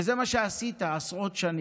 וזה מה שעשית עשרות שנים.